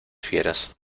fieras